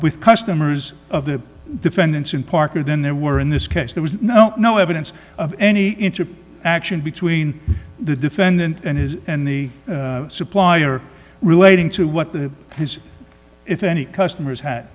with customers of the defendants in parker than there were in this case there was no no evidence of any inch of action between the defendant and his and the supplier relating to what the his if any customers ha